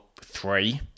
three